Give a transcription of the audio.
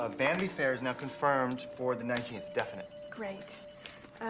ah vanity fair's now confirmed for the nineteenth, definite. great.